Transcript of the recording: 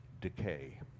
decay